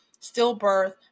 stillbirth